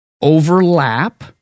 overlap